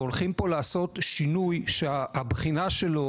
והולכים פה לעשות שינוי שהבחינה שלו,